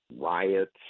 riots